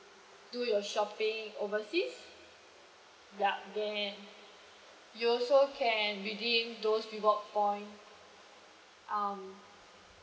do your shopping overseas yup then you also can redeem those reward point um